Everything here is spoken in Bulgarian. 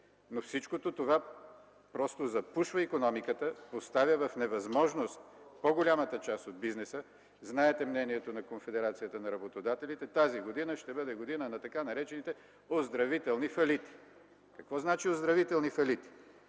Но всичко това запушва икономиката, поставя в невъзможност по-голямата част от бизнеса. Знаете мнението на Конфедерацията на работодателите. Тази година ще бъде година на тъй наречените оздравителни фалити. Какво означава оздравителни фалити?!